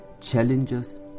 challenges